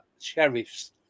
sheriff's